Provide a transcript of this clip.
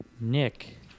Nick